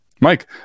Mike